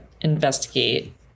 investigate